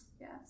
Yes